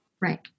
Right